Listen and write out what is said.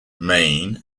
maine